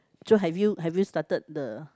so have you have you started the